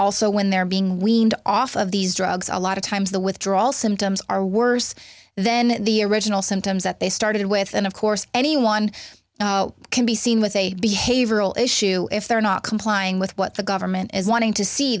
also when they're being weaned off of these drugs a lot of times the withdrawal symptoms are worse then the original symptoms that they started with and of course anyone can be seen with a behavioral issue if they're not complying with what the government is wanting to see